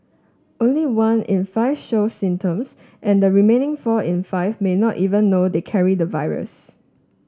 only one in five show symptoms and the remaining four in five may not even know they carry the virus